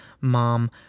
mom